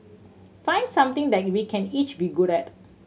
find something that we can each be good at